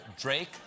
Drake